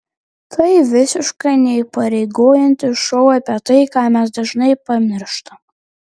tai visiškai neįpareigojantis šou apie tai ką mes dažnai pamirštam